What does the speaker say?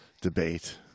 debate